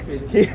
ah